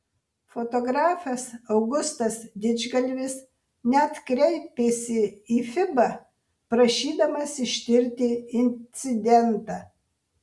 fotografas augustas didžgalvis net kreipėsi į fiba prašydamas ištirti incidentą